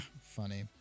Funny